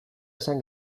esan